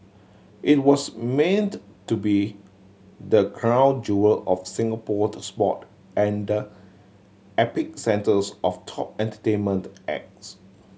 it was meant to be the crown jewel of Singapore sport and the epicentres of top entertainment acts